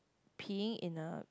peeing in a